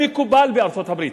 מקובל בארצות-הברית,